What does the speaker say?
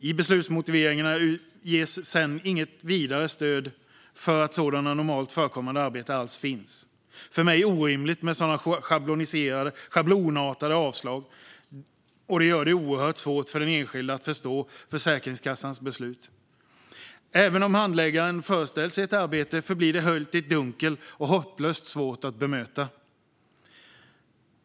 I beslutsmotiveringarna ges sedan inget vidare stöd för att sådana normalt förekommande arbeten alls finns. För mig är det orimligt med sådana schablonartade avslag. Det gör det oerhört svårt för den enskilde att förstå Försäkringskassans beslut. Även om handläggaren föreställt sig ett arbete förblir det höljt i dunkel och hopplöst svårt att bemöta.